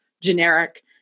generic